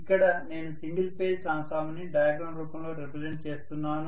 ఇక్కడ నేను single phase transformers ని డయాగ్రమ్ రూపంలో రెప్రజంట్ చేస్తున్నాను